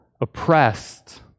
oppressed